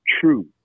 true